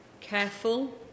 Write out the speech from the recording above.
careful